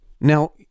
Now